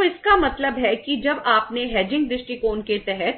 तो इसका मतलब है कि जब आपने हेजिंग करें